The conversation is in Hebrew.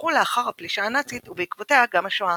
ונזנחו לאחר הפלישה הנאצית ובעקבותיה גם השואה.